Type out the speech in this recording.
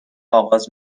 آغاز